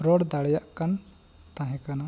ᱨᱚᱲ ᱫᱟᱲᱮᱭᱟᱜ ᱠᱟᱱ ᱛᱟᱦᱮᱸᱠᱟᱱᱟ